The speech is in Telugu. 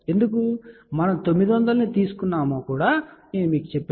ఎందుకు మనం 900 ని తీసుకున్నామో కూడా నేను మీకు చెప్తాను